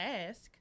ask